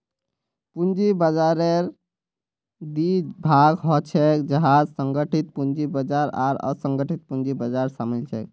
पूंजी बाजाररेर दी भाग ह छेक जहात संगठित पूंजी बाजार आर असंगठित पूंजी बाजार शामिल छेक